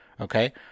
Okay